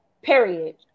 Period